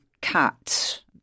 cats